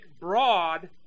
broad